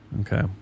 Okay